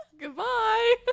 goodbye